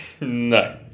No